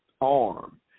Arm